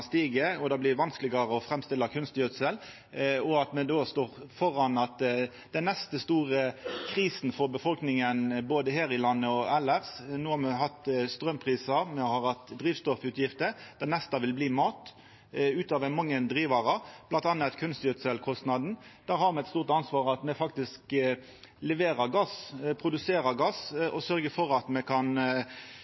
stig og det blir vanskelegare å framstilla kunstgjødsel, og at me no står føre den neste store prisen for befolkninga både her i landet og elles. No har me hatt straumprisar, me har hatt drivstoffutgifter, og det neste vil bli mat, ut av mange drivarar, bl.a. kunstgjødselkostnaden. Der har me eit stort ansvar for at me faktisk leverer gass, produserer gass